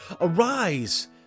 arise